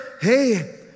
hey